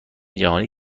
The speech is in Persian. جهانی